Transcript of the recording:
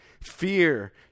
fear